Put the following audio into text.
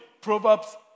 Proverbs